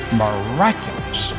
miraculous